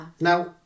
Now